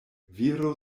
viro